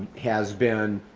has been